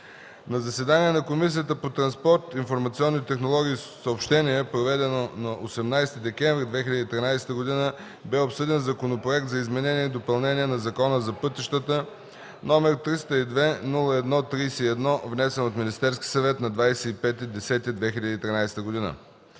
На заседание на Комисията по транспорт, информационни технологии и съобщения, проведено на 18 декември 2013 г., бе обсъден Законопроект за изменение и допълнение на Закона за пътищата, № 302-01-31, внесен от Министерския съвет на 25 октомври 2013 г.